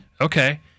Okay